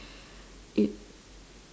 it~